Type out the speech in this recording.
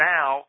Now